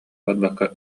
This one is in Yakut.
барбакка